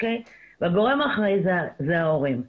הגורם האחראי זה ההורים,